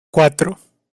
cuatro